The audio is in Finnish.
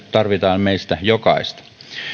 tarvitaan meistä jokaista